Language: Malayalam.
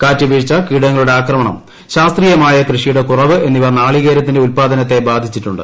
കാറ്റുവീഴ്ച കീടങ്ങളുടെ ആക്രമണം ശാസ്ത്രീയമായ കൃഷിയുടെ കുറവ് എന്നിവ നാളികേരത്തിന്റെ ഉല്പാദനത്തെ ബാധിച്ചിട്ടുണ്ട്